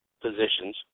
positions